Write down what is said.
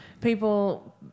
people